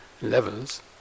levels